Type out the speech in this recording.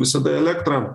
visada elektrą